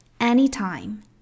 anytime